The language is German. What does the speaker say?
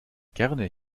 gerne